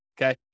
okay